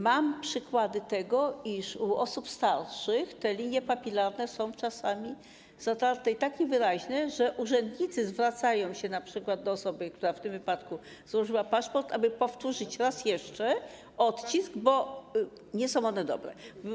Mam przykłady tego, iż u osób starszych te linie papilarne są czasami zatarte i tak niewyraźne, że urzędnicy zwracają się np. do osoby, która w tym wypadku złożyła wniosek o paszport, aby powtórzyć raz jeszcze odcisk, bo nie jest on dobry.